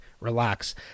relax